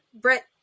Brett